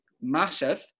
massive